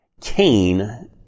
Cain